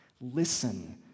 listen